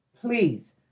Please